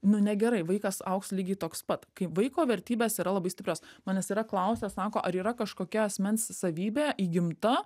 nu negerai vaikas augs lygiai toks pat kai vaiko vertybės yra labai stiprios manęs yra klausę sako ar yra kažkokia asmens savybė įgimta